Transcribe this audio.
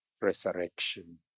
resurrection